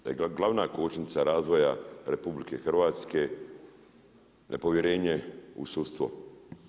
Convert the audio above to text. Da je glavna kočnica razvoja RH, nepovjerenje u sudstvo.